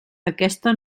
aquesta